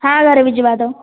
हाँ घर भिजवा दो